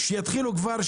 שיתחילו כבר,